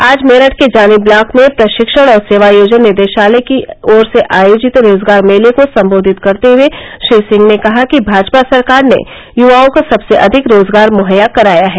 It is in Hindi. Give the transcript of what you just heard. आज मेरठ के जानी ब्लाक में प्रषिक्षण और सेवायोजन निदेषालय की तरफ़ से आयोजित रोजगार मेले को सम्बोधित करते हुए श्री सिंह ने कहा कि भाजपा सरकार ने युवाओं को सबसे अधिक रोजगार मुहैया कराया है